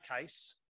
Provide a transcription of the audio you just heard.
case